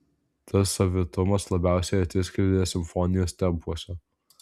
tas savitumas labiausiai atsiskleidė simfonijos tempuose